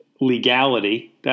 legality